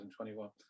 2021